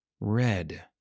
Red